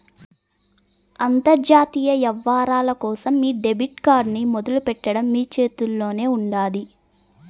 అంతర్జాతీయ యవ్వారాల కోసం మీ డెబిట్ కార్డ్ ని మొదలెట్టడం మీ చేతుల్లోనే ఉండాది